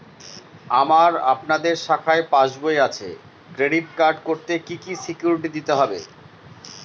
আমার আপনাদের শাখায় পাসবই আছে ক্রেডিট কার্ড করতে কি কি সিকিউরিটি দিতে হবে?